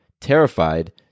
terrified